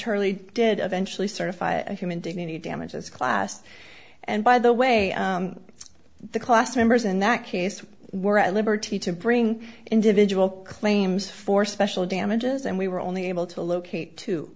hurley did eventually certify a human dignity damages class and by the way the class members in that case were at liberty to bring individual claims for special damages and we were only able to locate t